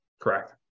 Correct